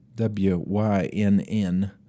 W-Y-N-N